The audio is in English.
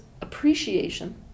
appreciation